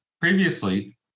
previously